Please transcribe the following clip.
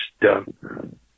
done